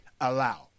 allow